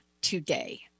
today